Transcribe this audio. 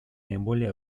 наиболее